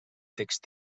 text